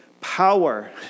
power